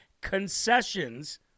concessions